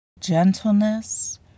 gentleness